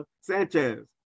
Sanchez